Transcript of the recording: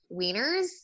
Wieners